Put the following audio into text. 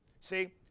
See